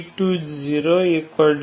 1 c200 i